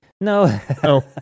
no